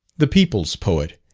the people's poet,